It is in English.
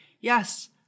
yes